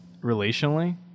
relationally